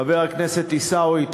חבר הכנסת עיסאווי,